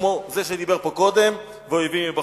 כמו זה שדיבר פה קודם ואויבים מבחוץ.